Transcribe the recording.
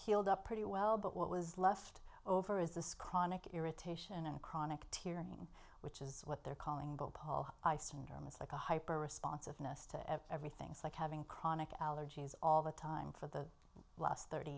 healed up pretty well but what was left over is this chronic irritation and chronic tearing which is what they're calling ice and it's like a hyper responsiveness to everything it's like having chronic allergies all the time for the last thirty